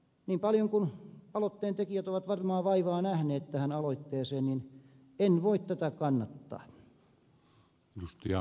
niin paljon kuin aloitteentekijät ovat varmaan vaivaa nähneet tähän aloitteeseen niin en voi tätä kannattaa